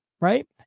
Right